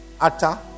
atta